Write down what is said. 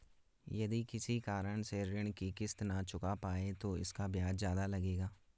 यदि किसी कारण से ऋण की किश्त न चुका पाये तो इसका ब्याज ज़्यादा लगेगा?